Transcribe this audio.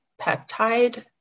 peptide